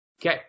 Okay